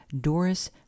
Doris